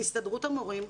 הסתדרות המורים,